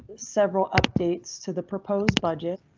several updates to the proposed budget.